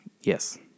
yes